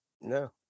no